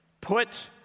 put